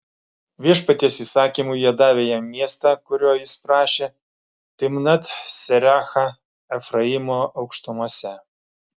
viešpaties įsakymu jie davė jam miestą kurio jis prašė timnat serachą efraimo aukštumose